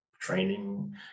training